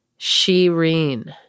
Shireen